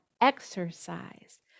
exercise